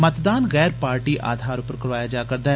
मतदान गैर पार्टी आधार पर करोआया जा करदा ऐ